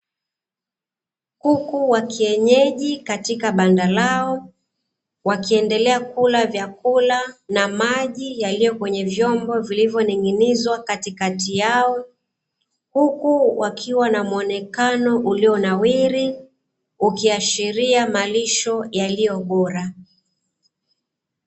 Kuku wa kienyeji katika banda lao, wakiendela kula vyakula na maji yaliyo kwenye vyombo vilivyoning'inizwa katikati yao, huku wakiwa na muonekano ulionawiri, ukiashiria malisho yaliyo bora.